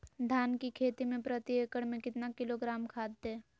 धान की खेती में प्रति एकड़ में कितना किलोग्राम खाद दे?